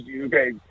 okay